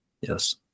Yes